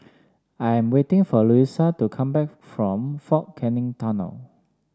I am waiting for Louisa to come back from Fort Canning Tunnel